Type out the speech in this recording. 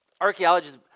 Archaeologists